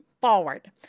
forward